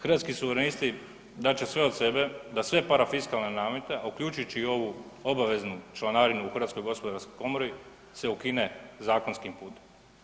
Hrvatski suverenisti dat će sve od sebe da sve parafiskalne namete, a uključujući i ovu obaveznu članarinu u HGK se ukine zakonskim putem.